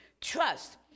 Trust